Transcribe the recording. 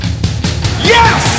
Yes